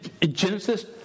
Genesis